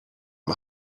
and